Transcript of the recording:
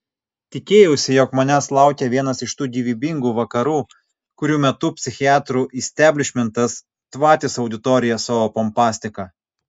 tikėjausi jog manęs laukia vienas iš tų gyvybingų vakarų kurių metu psichiatrų isteblišmentas tvatys auditoriją savo pompastika